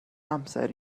amser